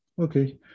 okay